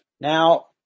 Now